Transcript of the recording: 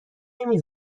نمی